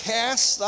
cast